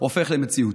הופך למציאות,